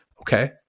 Okay